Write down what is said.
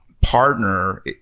partner